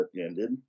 ended